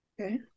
okay